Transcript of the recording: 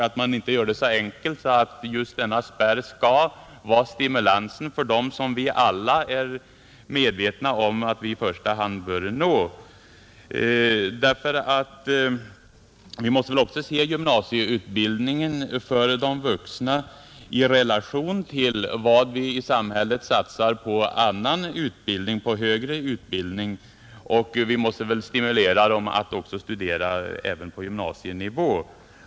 Man får inte framställa det så enkelt som att just denna spärr skulle vara till nytta för dem som alla är ense om att vi i första hand bör försöka nå. Vi måste nämligen sätta gymnasieutbildningen för vuxna i relation till vad samhället satsar på högre utbildning och stimulera vuxeneleverna till att studera även på gymnasienivå.